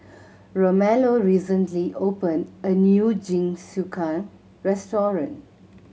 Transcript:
Romello recently opened a new Jingisukan restaurant